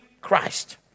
Christ